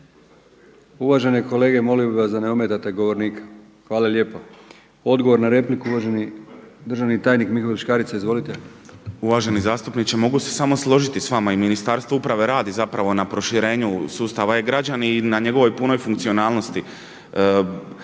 uvažene kolege molio bih da ne ometate govornika. Hvala lijepo. Odgovor na repliku uvaženi državni tajnik Mihovil Škarica. Izvolite. **Škarica, Mihovil** Uvaženi zastupniče, mogu se samo složiti s vama i Ministarstvo uprave radi na proširenju sustava e-građani i na njegovoj punoj funkcionalnosti.